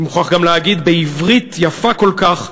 אני מוכרח גם להגיד, בעברית יפה כל כך,